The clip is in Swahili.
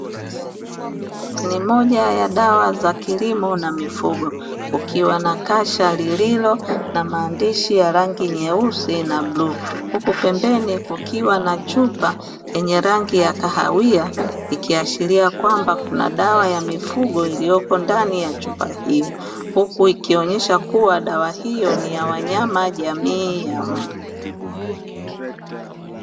Ni moja ya dawa za kilimo na mifugo, kukiwa na kasha lililo na maandishi ya rangi nyeusi na bluu, huku pembeni kukiwa na chupa yenye rangi ya kahawia; ikiashiria kwamba kuna dawa ya mifugo iliyopo ndani ya chupa hiyo, huku ikionyesha kuwa dawa hiyo ni ya wanyama jamii ya mbwa.